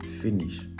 finish